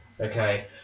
Okay